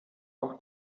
auch